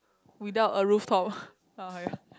without a roof top